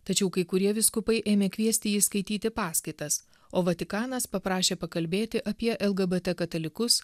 tačiau kai kurie vyskupai ėmė kviesti jį skaityti paskaitas o vatikanas paprašė pakalbėti apie lgbt katalikus